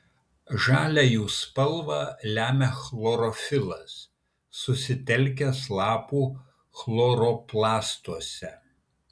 žalią jų spalvą lemia chlorofilas susitelkęs lapų chloroplastuose